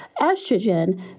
estrogen